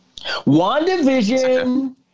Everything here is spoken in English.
WandaVision